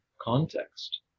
context